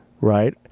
right